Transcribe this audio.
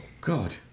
God